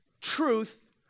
Truth